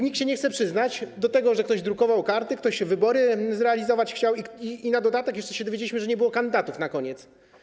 Nikt się nie chce przyznać do tego, że ktoś drukował karty, ktoś chciał zrealizować wybory i na dodatek jeszcze się dowiedzieliśmy, że nie było kandydatów, na koniec.